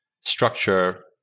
structure